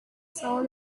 saw